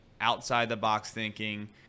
outside-the-box-thinking